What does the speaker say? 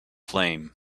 flame